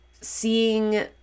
seeing